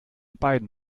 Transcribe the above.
beiden